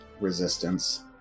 Resistance